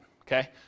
okay